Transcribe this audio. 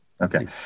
Okay